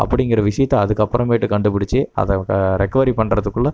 அப்டிங்கிற விஷயத்த அதுக்கப்புறமேட்டு கண்டுபிடிச்சு அதை ரெக்கவரி பண்ணுறதுக்குள்ள